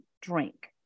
drink